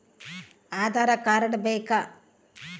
Aadhaar card ಬೇಕಾ?